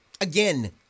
Again